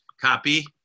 Copy